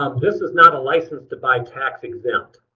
um this is not a license to buy tax exempt.